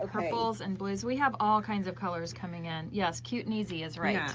ah purples and blues, we have all kinds of colors coming in. yes, cute and easy is right, yeah